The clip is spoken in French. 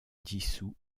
dissous